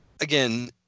Again